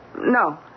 no